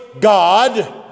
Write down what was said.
God